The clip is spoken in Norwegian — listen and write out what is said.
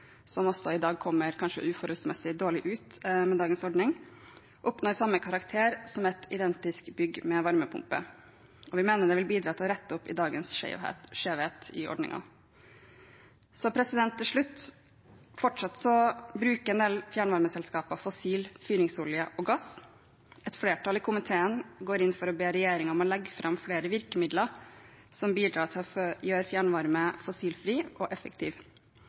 som også kanskje kommer uforholdsmessig dårlig ut med dagens ordning, oppnår samme karakter som et identisk bygg med varmepumpe. Vi mener det vil bidra til å rette opp i dagens skjevhet i ordningen. Til slutt: Fortsatt bruker en del fjernvarmeselskaper fossil fyringsolje og gass. Et flertall i komiteen går inn for å be regjeringen legge fram flere virkemidler som bidrar til å gjøre fjernvarme fossilfri og